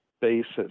basis